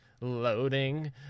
Loading